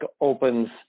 opens